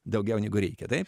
daugiau negu reikia taip